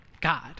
God